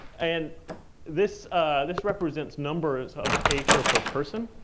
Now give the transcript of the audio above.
and this this represents numbers of acre per person.